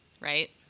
right